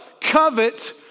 Covet